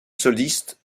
soliste